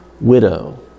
widow